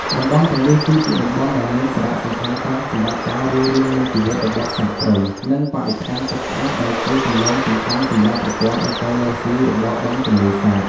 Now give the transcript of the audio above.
តំបន់ទាំងនេះគឺជាតំបន់ដែលមានសារសំខាន់ខ្លាំងសម្រាប់ការរស់រានមានជីវិតរបស់សត្វព្រៃ និងបរិស្ថានទឹកស្អាត ដែលជាគន្លងសំខាន់សម្រាប់ប្រព័ន្ធអេកូឡូស៊ីរបស់បឹងទន្លេសាប។